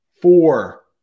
Four